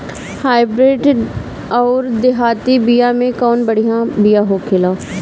Hybrid अउर देहाती बिया मे कउन बढ़िया बिया होखेला?